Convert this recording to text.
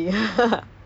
ya